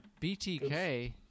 btk